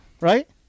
right